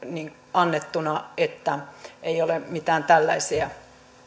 annettuna että ei mitään tällaisia